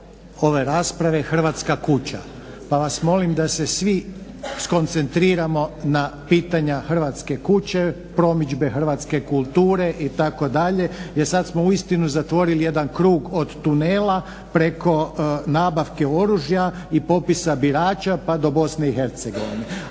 ove rasprave "Hrvatska kuća". Pa vas molim da se svi skoncentriramo na pitanja "Hrvatske kuće" , promidžbe hrvatske kulture itd. jer sad smo uistinu zatvorili jedan krug od tunela, preko nabavke oružja i popisa birača, pa do Bosne i Hercegovine.